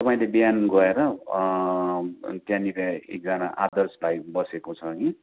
तपाईँले बिहान गएर त्यहाँनिर एकजना आदर्श भाइ बसेको छ कि